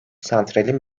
santralin